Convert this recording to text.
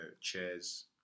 chairs